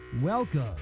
Welcome